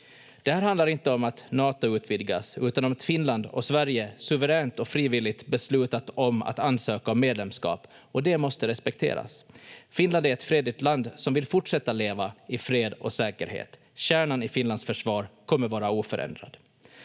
Det här handlar inte om att Nato utvidgas, utan om att Finland och Sverige suveränt och frivilligt beslutat om att ansöka om medlemskap, och det måste respekteras. Finland är ett fredligt land som vill fortsätta leva i fred och säkerhet. Kärnan i Finlands försvar kommer vara oförändrad.